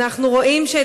אנחנו רואים את,